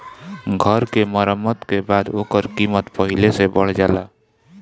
घर के मरम्मत के बाद ओकर कीमत पहिले से बढ़ जाला